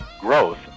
growth